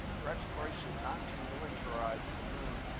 for exploration, not to militarize the moon.